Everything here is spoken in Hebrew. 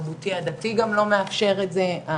להוריד את גיל הממוגרפיה מגיל 50 לגיל 40 אחת